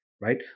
right